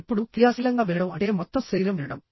ఇప్పుడు క్రియాశీలంగా వినడం అంటే మొత్తం శరీరం వినడం